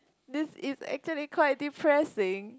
this is actually quite depressing